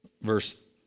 Verse